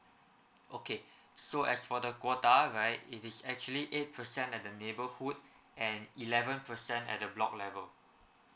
okay so as for the quota right it is actually eight percent at the neighbourhood and eleven percent at the block level